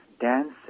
dancing